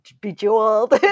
bejeweled